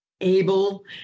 able